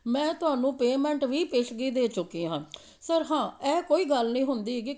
ਮੈਂ ਤੁਹਾਨੂੰ ਪੇਮੈਂਟ ਵੀ ਪੇਸ਼ਗੀ ਦੇ ਚੁੱਕੀ ਹਾਂ ਸਰ ਹਾਂ ਇਹ ਕੋਈ ਗੱਲ ਨਹੀਂ ਹੁੰਦੀ ਹੈਗੀ